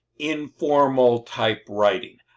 informal type writing.